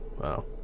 wow